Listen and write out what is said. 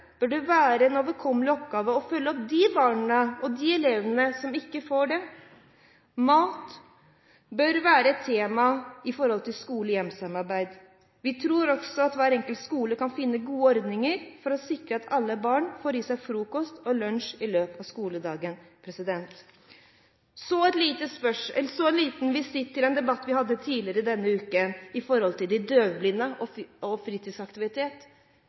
bør det være en overkommelig oppgave å følge opp de elevene som ikke får det. Mat bør være et tema i skole–hjem-samarbeidet. Vi tror også at hver enkelt skole kan finne gode ordninger for å sikre at alle elever får i seg frokost og lunsj i løpet av skoledagen. Så en liten visitt til en debatt vi hadde tidligere denne uken, om døvblinde og fritidsaktivitet. De døvblinde har fått et dårligere tilbud om fritidsaktivitet i forhold til de